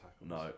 No